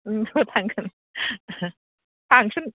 ज' थांगोन फांसन